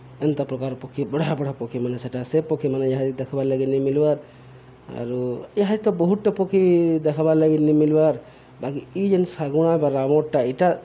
ଏନ୍ତା ପ୍ରକାର୍ ପକ୍ଷୀ ବଢ଼େ ବଢ଼େ ପକ୍ଷୀମାନେ ସେଟା ସେ ପକ୍ଷୀମାନେ ଇହାଦେ ଦେଖ୍ବାର୍ ଲାଗି ନି ମିଲ୍ବାର୍ ଆରୁ ଇହାଦେ ତ ବହୁତ୍ଟେ ପକ୍ଷୀ ଦେଖ୍ବାର୍ଲାଗି ନି ମିଲ୍ବାର୍ ବାକି ଇ ଯେନ୍ ଶାଗୁଣା ବା ରାବଣ୍ଟା ଇଟା